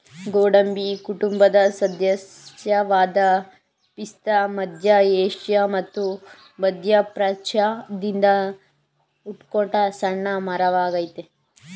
ಗೋಡಂಬಿ ಕುಟುಂಬದ ಸದಸ್ಯವಾದ ಪಿಸ್ತಾ ಮಧ್ಯ ಏಷ್ಯಾ ಮತ್ತು ಮಧ್ಯಪ್ರಾಚ್ಯದಿಂದ ಹುಟ್ಕೊಂಡ ಸಣ್ಣ ಮರವಾಗಯ್ತೆ